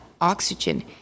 oxygen